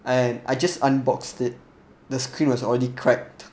and I just unboxed it the screen was already cracked